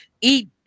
eat